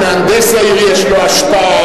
מהנדס העיר יש לו השפעה,